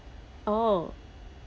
oh